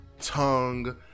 tongue